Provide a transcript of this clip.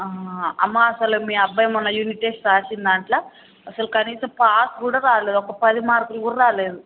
అమ్మా అసలు మీ అబ్బాయి మొన్న యూనిట్ టెస్ట్ రాసిన దాంట్లో అసలు కనీసం పాస్ కూడా కాలేదు ఒక పది మార్కులు కూడా రాలేదు